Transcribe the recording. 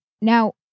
Now